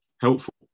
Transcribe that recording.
helpful